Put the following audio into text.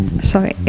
Sorry